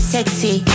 Sexy